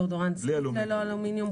דיאודורנט ללא אלומיניום,